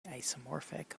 isomorphic